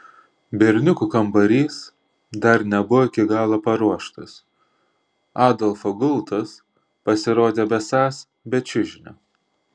berniukų kambarys dar nebuvo iki galo paruoštas adolfo gultas pasirodė besąs be čiužinio